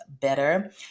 better